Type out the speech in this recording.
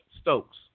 Stokes